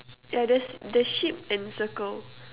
yeah there's the sheep and circle